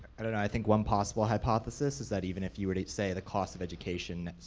and and i think one possible hypothesis is that even if you already say the cost of education,